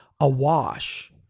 awash